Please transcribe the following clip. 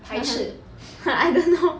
ha ha ha I don't know